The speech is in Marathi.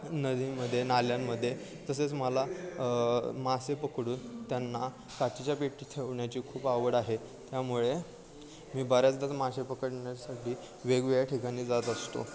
नदीमध्ये नाल्यांमध्ये तसेच मला मासे पकडून त्यांना काचेच्या पेटीत ठेवण्याची खूप आवड आहे त्यामुळे मी बऱ्याचदा मासे पकडण्यासाठी वेगवेगळ्या ठिकाणी जात असतो